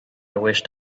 wished